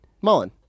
Mullen